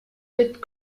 with